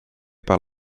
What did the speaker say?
par